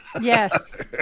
Yes